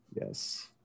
Yes